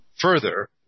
further